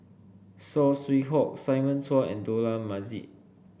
Saw Swee Hock Simon Chua and Dollah Majid